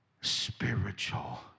spiritual